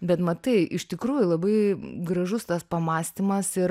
bet matai iš tikrųjų labai gražus tas pamąstymas ir